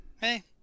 Hey